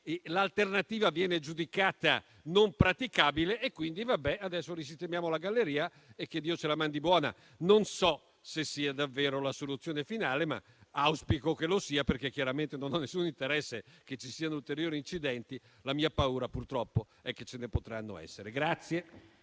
l'alternativa viene giudicata non praticabile, quindi adesso risistemiamo la galleria e ci auguriamo che Dio ce la mandi buona. Non so se sia davvero la soluzione finale, ma auspico che lo sia, perché chiaramente non ho nessun interesse che ci siano ulteriori incidenti. La mia paura, purtroppo, è che ce ne potranno essere.